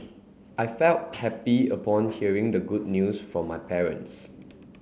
I felt happy upon hearing the good news from my parents